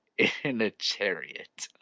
in a chariot?